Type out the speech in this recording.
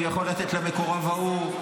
הוא יכול לתת למקורב ההוא,